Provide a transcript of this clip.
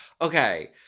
okay